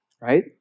right